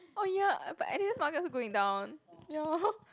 oh ya but Editor's Market also going down ya